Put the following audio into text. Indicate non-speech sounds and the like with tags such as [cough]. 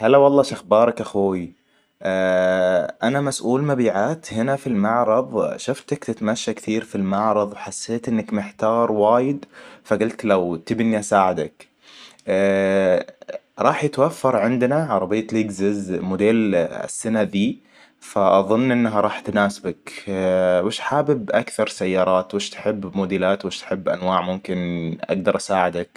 هلا والله شخبارك اخوي؟ أنا مسؤول مبيعات هنا في المعرض شفتك تتمشى كثير في المعرض وحسيت إنك محتار وايد فقلت لو تبيني اساعدك [hesitation] راح يتوفر عندنا عربية لكزس موديل السنة ذي فأظن إنها راح تناسبك اه وش حابب اكثر سيارات؟ وش تحب موديلات؟ وش تحب انواع ممكن اقدر اساعدك؟